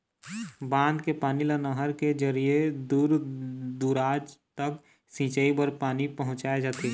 बांध के पानी ल नहर के जरिए दूर दूराज तक सिंचई बर पानी पहुंचाए जाथे